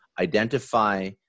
identify